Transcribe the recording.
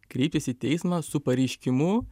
kreiptis į teismą su pareiškimu